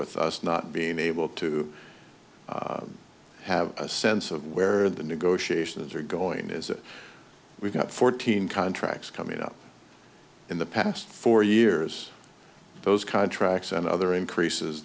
with us not being able to have a sense of where the negotiations are going is that we've got fourteen contracts coming up in the past four years those contracts and other increases